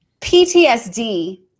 PTSD